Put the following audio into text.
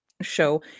show